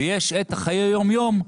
ויש את חיי היום יום,